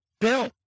bill